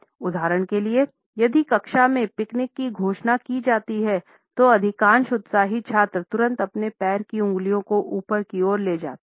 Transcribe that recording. उदाहरण के लिए यदि कक्षा में पिकनिक की घोषणा की जाती है तो अधिकांश उत्साही छात्र तुरंत अपने पैर की उंगलियों को ऊपर की ओर ले जाते हैं